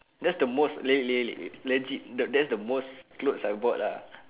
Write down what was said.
that's the most le~ le~ le~ legit that is the most clothes I bought lah